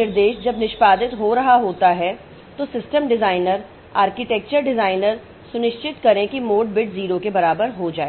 निर्देश जब निष्पादित हो रहा होता है तो सिस्टम डिजाइनर आर्किटेक्चर डिजाइनर सुनिश्चित करें कि मोड बिट 0 के बराबर हो जाए